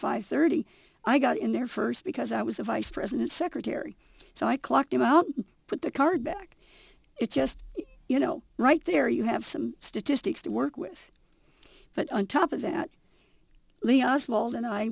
five thirty i got in there first because i was a vice president secretary so i clocked him out put the card back it's just you know right there you have some statistics to work with but on top of that